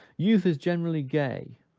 youth is generally gay,